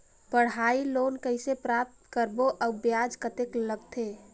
पढ़ाई लोन कइसे प्राप्त करबो अउ ब्याज कतेक लगथे?